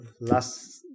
last